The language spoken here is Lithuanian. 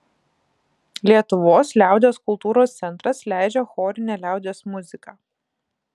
lietuvos liaudies kultūros centras leidžia chorinę liaudies muziką